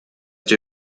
die